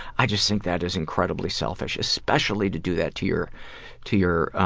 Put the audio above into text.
i just think that is incredibly selfish, especially to do that to your to your